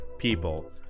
People